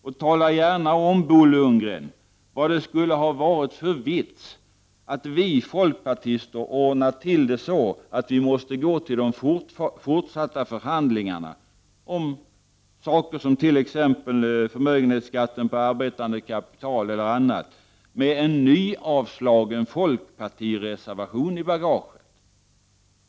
Och tala gärna om, Bo Lundgren, vad det skulle ha varit för vits med att vi folkpartister ordnade till det så att vi måste gå till de fortsatta förhandlingarna om t.ex. en sådan sak som förmögenhetsskatten på arbetande kapital med en nyavslagen folkpartireservation i bagaget.